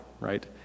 right